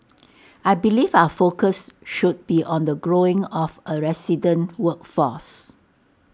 I believe our focus should be on the growing of A resident workforce